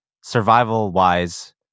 survival-wise